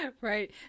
Right